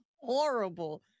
horrible